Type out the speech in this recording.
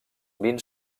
vins